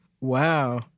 Wow